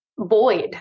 void